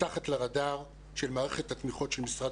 מתחת לרדאר של מערכת התמיכות של משרד